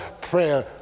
prayer